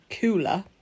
cooler